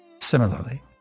Similarly